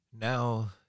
now